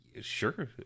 Sure